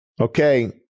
Okay